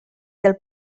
del